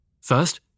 First